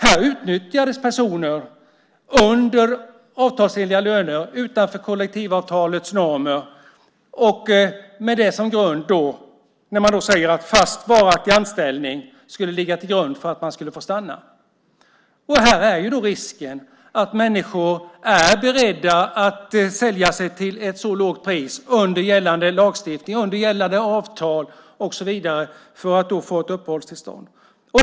Här utnyttjas alltså personer till att arbeta under avtalsenliga löner, utanför kollektivavtalets normer, och med det som grund säger man att fast varaktig anställning ska utgöra skäl för att få stanna. Därmed finns risken att människor är beredda att sälja sig till ett pris under gällande avtal just för att få uppehållstillstånd.